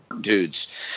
dudes